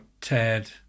ted